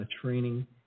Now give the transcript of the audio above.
training